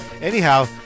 Anyhow